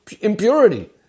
impurity